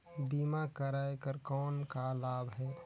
बीमा कराय कर कौन का लाभ है?